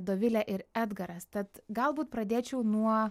dovilė ir edgaras tad galbūt pradėčiau nuo